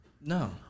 No